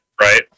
Right